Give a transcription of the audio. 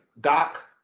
Doc